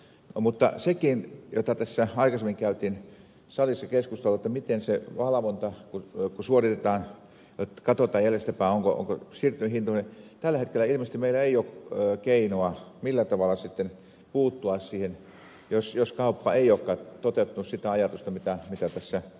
mutta kun tässä aikaisemmin käytiin salissa keskustelua siitä miten valvonta suoritetaan katsotaan jäljestäpäin onko siirtynyt hintoihin niin tällä hetkellä ilmeisesti meillä ei ole keinoa millä tavalla sitten puuttua siihen jos kauppa ei olekaan toteuttanut sitä ajatusta mitä tässä ed